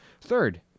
Third